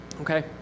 Okay